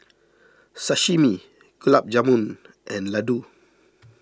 Sashimi Gulab Jamun and Ladoo